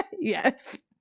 Yes